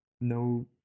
No